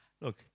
Look